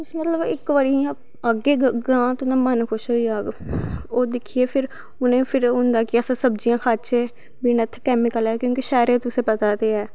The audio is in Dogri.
अस मतलव इक बारी इयां आह्गे तुंदा मन खुश होई जाग ओ दिक्खियै फिर उनेंई फिर होंदा कि अस सब्जियां खाच्चै बिना इत्थें कैमिकल आह्ले शैह्रे तुसें पता ते ऐ